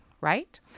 right